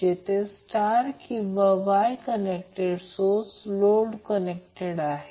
जेथे स्टार किंवा Y connected load source connected आहेत